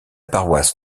paroisse